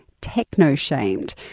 techno-shamed